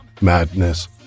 Madness